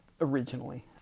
Originally